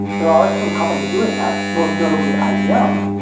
there are some companies doing that, most notably ibm,